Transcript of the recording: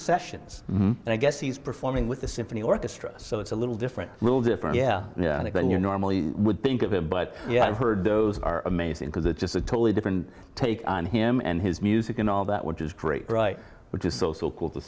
sessions and i guess he's performing with the symphony orchestra so it's a little different little different yeah i think than you normally would think of him but yeah i've heard those are amazing because it's just a totally different take on him and his music and all that which is great right which is so so cool to